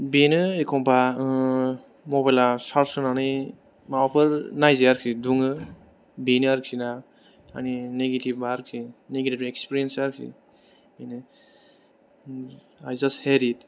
बेनो एखनबा ओ मबाइलाव सार्ज होनानै माबाफोर नायजाया आरोखि दुङो बेनो आरोखि ना आंनि नेगेटिबा आरोखि नेगेटिब इएक्सपिरियेन्सा आरोखि आइ जास्ट हेट इट